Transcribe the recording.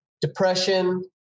depression